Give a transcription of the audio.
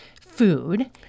food